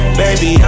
baby